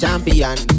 Champion